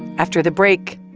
after the break,